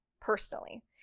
personally